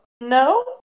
no